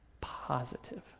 positive